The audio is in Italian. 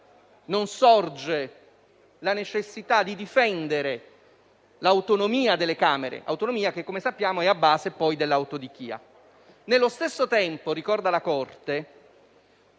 non sorge la necessità di difendere l'autonomia delle Camere che - come sappiamo - è alla base dell'autodichia. Nello stesso tempo - ricorda la Corte